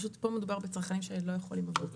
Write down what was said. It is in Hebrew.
פשוט פה מדובר בצרכנים שלא יכולים לעבור.